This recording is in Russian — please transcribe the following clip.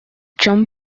чем